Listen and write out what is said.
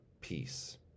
peace